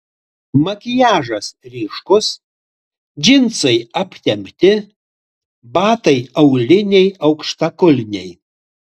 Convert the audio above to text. makiažas ryškus džinsai aptempti batai auliniai aukštakulniai